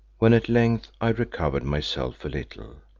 when at length i recovered myself a little,